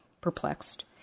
perplexed